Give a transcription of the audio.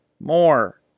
More